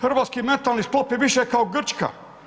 Hrvatski mentalni sklop je više kao Grčka.